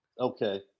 Okay